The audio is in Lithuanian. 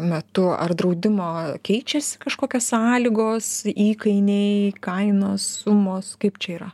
metu ar draudimo keičias kažkokios sąlygos įkainiai kainos sumos kaip čia yra